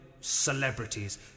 celebrities